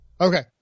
Okay